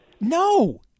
No